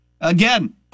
Again